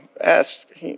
ask